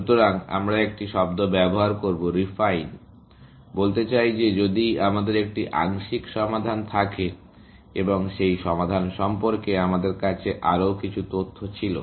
সুতরাং আমরা একটি শব্দ ব্যবহার করব রিফাইন বলতে চাই যে যদি আমাদের একটি আংশিক সমাধান থাকে এবং সেই সমাধান সম্পর্কে আমাদের কাছে আরও কিছু তথ্য ছিল